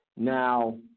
Now